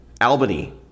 Albany